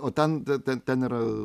o ten ten ten yra